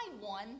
one